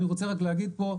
אני רוצה רק להגיד פה,